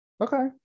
Okay